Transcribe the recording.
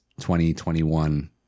2021